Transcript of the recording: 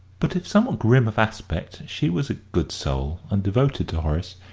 but if somewhat grim of aspect, she was a good soul and devoted to horace,